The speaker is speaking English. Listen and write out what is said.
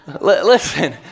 listen